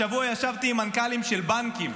השבוע ישבתי עם מנכ"לים של בנקים.